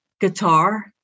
guitar